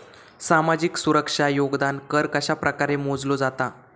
सामाजिक सुरक्षा योगदान कर कशाप्रकारे मोजलो जाता